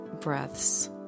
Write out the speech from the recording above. breaths